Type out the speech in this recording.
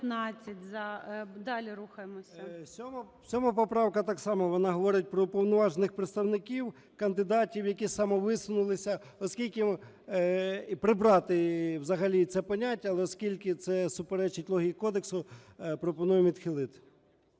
ЧЕРНЕНКО О.М. 7 поправка так само, вона говорить про уповноважених представників кандидатів, які самовисунулися. Прибрати взагалі це поняття, але оскільки це суперечить логіці кодексу, пропонуємо відхилити.